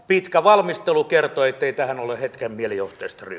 pitkä valmistelu kertoo ettei tähän ole hetken mielijohteesta